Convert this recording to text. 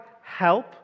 help